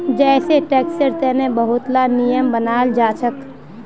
जै सै टैक्सेर तने बहुत ला नियम बनाल जाछेक